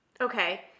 Okay